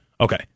Okay